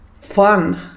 fun